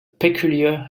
peculiar